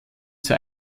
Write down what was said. zur